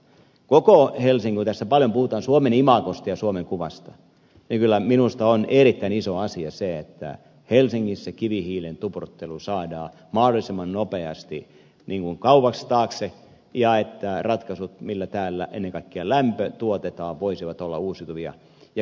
koko helsingin imagon kannalta kun tässä paljon puhutaan suomen imagosta ja suomen kuvasta niin kyllä minusta on erittäin iso asia se että helsingissä kivihiilen tupruttelu saadaan mahdollisimman nopeasti kauas taakse ja että ratkaisut millä täällä ennen kaikkea lämpö tuotetaan voisivat olla uusiutuvia